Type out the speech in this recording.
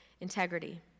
integrity